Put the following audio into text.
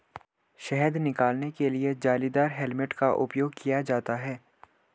शहद निकालने के लिए जालीदार हेलमेट का उपयोग किया जाता है